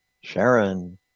Sharon